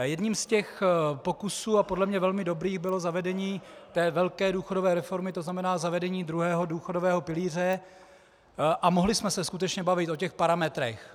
Jedním z těch pokusů, a podle mne velmi dobrých, bylo zavedení té velké důchodové reformy, to znamená zavedení druhého důchodového pilíře, a mohli jsme se skutečně bavit o parametrech.